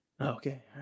Okay